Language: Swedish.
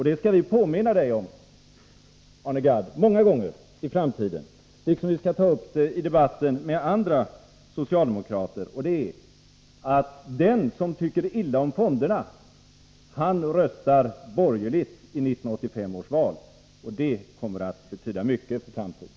Det skall vi påminna honom om många gånger i framtiden, liksom vi skall ta upp det i debatten med andra socialdemokrater. Det är att den som tycker illa om fonderna han röstar borgerligt i 1985 års val. Det uttalandet kommer att betyda mycket för framtiden.